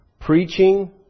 preaching